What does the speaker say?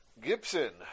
Gibson